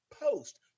post